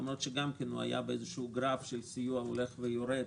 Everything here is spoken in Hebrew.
למרות שהוא היה בגרף של סיוע הולך ויורד